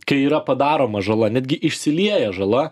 kai yra padaroma žala netgi išsilieja žala